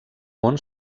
món